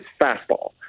fastball